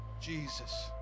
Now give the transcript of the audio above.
Jesus